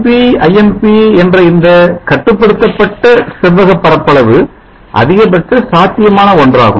Vmp Imp என்ற இந்த கட்டுப்படுத்தப்பட்ட செவ்வக பரப்பளவு அதிகபட்ச சாத்தியமான ஒன்றாகும்